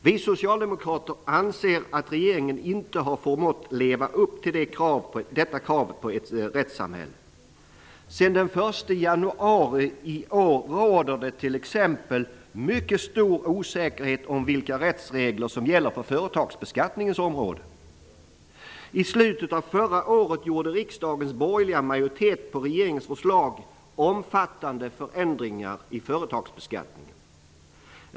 Vi socialdemokrater anser, att regeringen inte förmått leva upp till detta krav på ett rättssamhälle. Sedan den första januari i år råder det t.ex. mycket stor osäkerhet om vilka rättsregler som gäller på företagsbeskattningens område. I slutet av förra året gjorde riksdagens borgerliga majoritet på regeringens förslag omfattande förändringar i företagsbeskattningen.